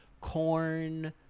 corn